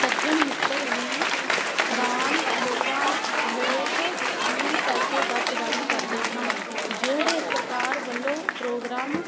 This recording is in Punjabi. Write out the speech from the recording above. ਸੱਜਣ ਮਿੱਤਰ ਵੀ ਦਾਨ ਲੋਕਾਂ ਲੋਕ ਵੀ ਪੈਸੇ ਦਾ ਪ੍ਰਬੰਧ ਕਰਦੇ ਹਨ ਜਿਹੜੇ ਸਰਕਾਰ ਵੱਲੋਂ ਪ੍ਰੋਗਰਾਮ